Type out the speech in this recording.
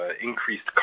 increased